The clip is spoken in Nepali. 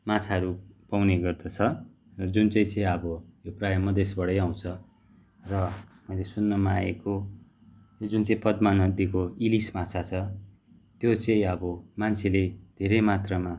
माछाहरू पाउने गर्दछ जुन चाहिँ चाहिँ अब प्रायः मधेशबाटै आउँछ र मैले सुन्नमा आएको यो जुन पद्मा नदीको इलिस माछा छ त्यो चाहिँ अब मान्छेले धेरै मात्रमा